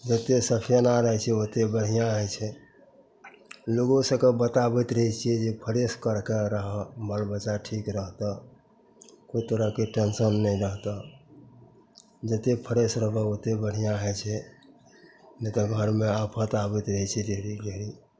जतेक सफिआना रहै छै ओतेक बढ़िआँ होइ छै लोको सभकेँ बताबैत रहै छिए जे फ्रेश करिके रहऽ बाल बच्चा ठीक रहतऽ कोइ तरहके टेन्शन नहि रहतऽ जतेक फ्रेश रहबहक ओतेक बढ़िआँ होइ छै नहि तऽ घरमे आफत आबैत जाइ छै डेली डेली